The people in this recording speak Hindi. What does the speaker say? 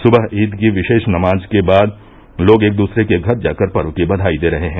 सुबह ईद की विशेष नमाज के बाद लोग एक दूसरे के घर जाकर पर्व की बधाई दे रहे हैं